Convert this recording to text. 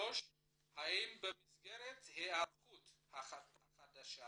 4. האם במסגרת ההיערכות החדשה